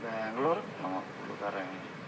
ബാംഗ്ലുരൊക്കെ നമ്മൾ ഫുള്ള് കറങ്ങിയിരുന്നു